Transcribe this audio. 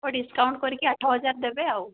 ହେଉ ଡ଼ିସ୍କାଉଣ୍ଟ କରିକି ଆଠ ହଜାର ଦେବେ ଆଉ